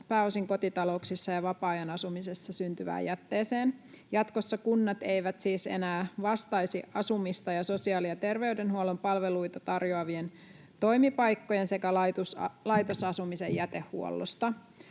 pääosin kotitalouksissa ja vapaa-ajan asumisessa syntyvään jätteeseen. Jatkossa kunnat eivät siis enää vastaisi asumista ja sosiaali- ja terveydenhuollon palveluita tarjoavien toimipaikkojen sekä laitosasumisen jätehuollosta.